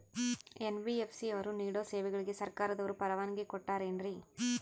NBFC ಅವರು ನೇಡೋ ಸೇವೆಗಳಿಗೆ ಸರ್ಕಾರದವರು ಪರವಾನಗಿ ಕೊಟ್ಟಾರೇನ್ರಿ?